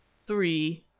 three.